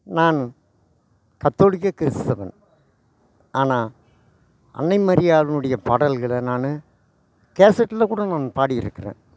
நான் கத்தோலிக்க கிறிஸ்தவன் ஆனால் அன்னை மரியாலினுடைய பாடல்களை நான் கேசட்டில் கூட நான் பாடிருக்கிறேன்